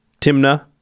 Timna